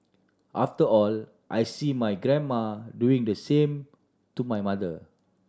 after all I see my grandma doing the same to my mother